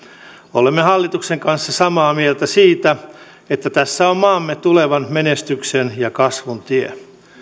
olemme hallituksen kanssa samaa mieltä siitä että tässä on maamme tulevan menestyksen ja kasvun tie